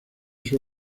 sus